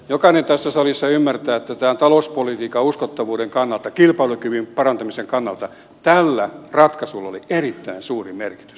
jokainen tässä salissa ymmärtää että talouspolitiikan uskottavuuden kannalta kilpailukyvyn parantamisen kannalta tällä ratkaisulla oli erittäin suuri merkitys